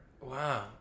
Wow